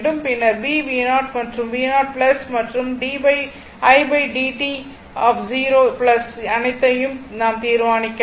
பின்னர் b v0 பின்னர் v0 மற்றும் di dt 0 இவை அனைத்தையும் நாம் தீர்மானிக்க வேண்டும்